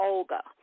Olga –